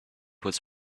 was